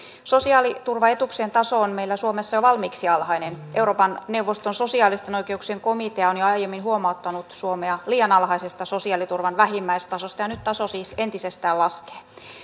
sosiaaliturvaetuuksien taso on meillä suomessa jo valmiiksi alhainen euroopan neuvoston sosiaalisten oikeuksien komitea on jo aiemmin huomauttanut suomea liian alhaisesta sosiaaliturvan vähimmäistasosta ja nyt taso siis entisestään laskee